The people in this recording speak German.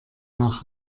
nach